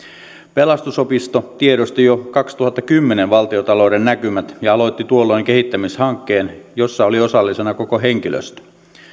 pelastusopisto tiedosti jo kaksituhattakymmenen valtiontalouden näkymät ja aloitti tuolloin kehittämishankkeen jossa oli osallisena koko henkilöstö